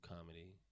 comedy